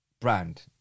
brand